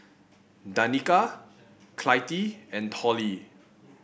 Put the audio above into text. Danika Clytie and Tollie